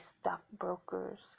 stockbrokers